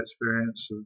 experience